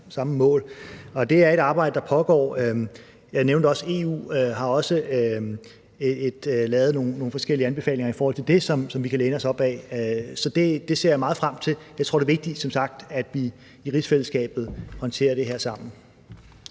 det er et arbejde, der pågår. Jeg nævnte også, at EU har lavet nogle forskellige anbefalinger i forhold til det, som vi kan læne os op ad. Så det ser jeg meget frem til. Jeg tror som sagt, det er vigtigt, at vi i rigsfællesskabet håndterer det her sammen.